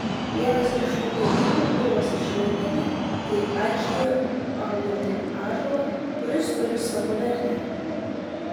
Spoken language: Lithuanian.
vienas iš tų dalykų kuriuos išlaikėme tai aikštėje augantį ąžuolą kuris turi savo vertę